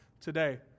today